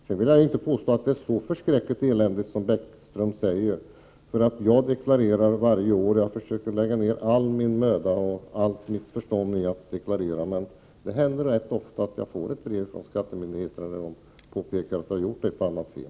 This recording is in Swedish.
Sedan vill jag inte påstå att det är så förskräckligt eländigt som Lars Bäckström säger. Jag försöker lägga ner all möda och allt mitt förstånd när jag deklarerar, men det händer ofta att jag får ett brev från skattemyndigheterna där de påpekar att jag har gjort ett och annat fel.